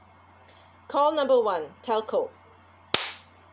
call number one telco